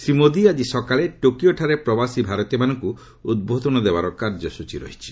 ଶ୍ରୀ ମୋଦି ଆଜି ସକାଳେ ଟୋକିଓଠାରେ ପ୍ରବାସି ଭାରତୀୟମାନଙ୍କୁ ଉଦ୍ବୋଧନ ଦେବାର କାର୍ଯ୍ୟସୂଚୀ ରହିଛି